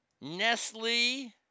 Nestle